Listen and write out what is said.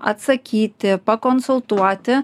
atsakyti pakonsultuoti